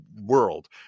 world